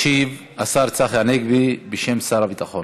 ישיב השר צחי הנגבי בשם שר הביטחון.